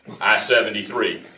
I-73